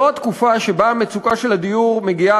זאת התקופה שבה המצוקה של הדיור מגיעה,